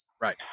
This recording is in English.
Right